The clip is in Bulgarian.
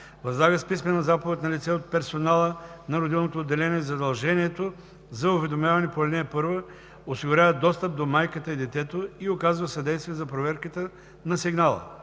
възлага с писмена заповед на лице от персонала на родилното отделение задължението за уведомяване по ал. 1, осигурява достъп до майката и детето и оказва съдействие за проверката на сигнала.